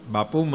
Bapu